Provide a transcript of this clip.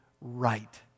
right